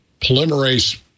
polymerase